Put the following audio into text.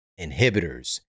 inhibitors